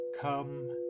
Come